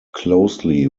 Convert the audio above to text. closely